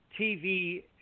TV